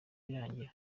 birangira